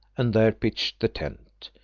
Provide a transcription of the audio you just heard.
and there pitched the tent,